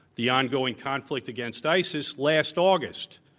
the ongoing conflict against isis, last august.